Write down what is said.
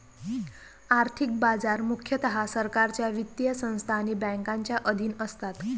आर्थिक बाजार मुख्यतः सरकारच्या वित्तीय संस्था आणि बँकांच्या अधीन असतात